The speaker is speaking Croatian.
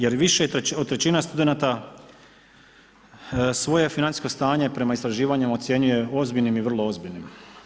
Jer više od trećine studenata svoje financijsko stanje prema istraživanjima ocjenjuje ozbiljnim i vrlo ozbiljnim.